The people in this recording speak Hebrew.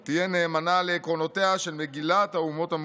ותהיה נאמנה לעקרונותיה של מגילת האומות המאוחדות.